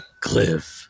Cliff